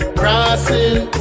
crossing